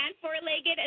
four-legged